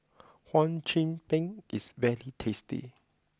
Hum Chim Peng is very tasty